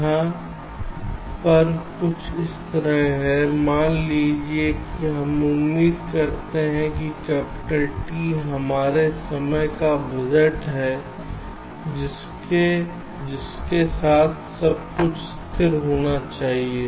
यहाँ पर यह कुछ इस तरह है मान लीजिए कि हम उम्मीद करते हैं कि कैपिटल T हमारे समय का बजट है जिसके साथ सब कुछ स्थिर होना चाहिए